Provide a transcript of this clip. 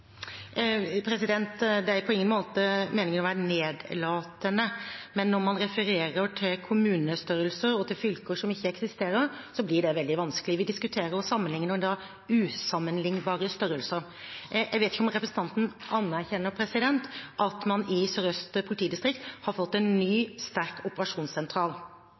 Det er på ingen måte meningen å være nedlatende, men når man refererer til kommunestørrelser og til fylker som ikke eksisterer, blir det veldig vanskelig. Vi diskuterer og sammenligner da usammenlignbare størrelser. Jeg vet ikke om representanten Sem-Jacobsen anerkjenner at man i Sør-Øst politidistrikt har fått en ny, sterk operasjonssentral.